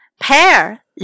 Pear